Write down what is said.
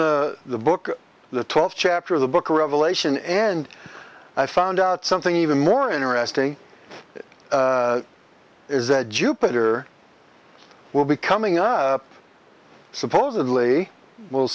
from the book the twelve chapter of the book revelation end i found out something even more interesting is that jupiter will be coming up supposedly w